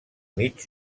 mig